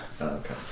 okay